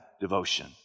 devotion